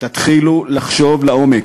תתחילו לחשוב לעומק.